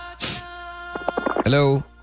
Hello